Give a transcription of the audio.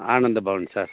Anandabhavan sir